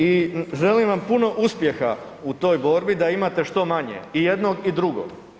I želim vam puno uspjeha u toj borbi da je imate što manje, i jednog i drugog.